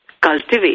cultivate